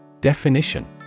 Definition